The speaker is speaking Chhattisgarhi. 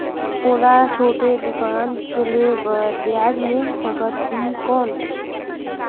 मोला छोटे दुकान चले बर ब्याज मिल सकत ही कौन?